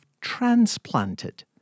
transplanted